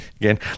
again